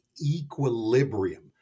equilibrium